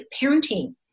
parenting